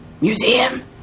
Museum